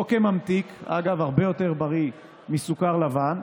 לא כממתיק, אגב, זה הרבה יותר בריא מסוכר לבן,